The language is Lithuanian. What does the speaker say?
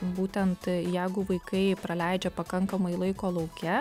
būtent jeigu vaikai praleidžia pakankamai laiko lauke